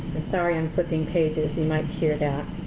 i'm sorry, i'm flipping pages. you might hear that.